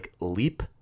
leap